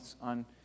on